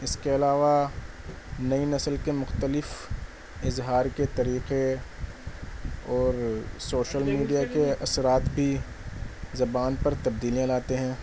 اس کے علاوہ نئی نسل کے مختلف اظہار کے طریقے اور سوشل میڈیا کے اثرات بھی زبان پر تبدیلیاں لاتے ہیں